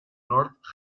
north